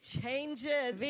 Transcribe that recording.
changes